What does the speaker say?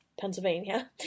Pennsylvania